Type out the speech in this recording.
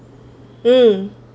mm